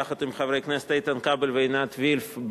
יחד עם חברי הכנסת איתן כבל ועינת וילף,